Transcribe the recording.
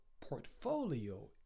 portfolio